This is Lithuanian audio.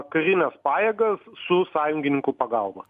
karines pajėgas su sąjungininkų pagalba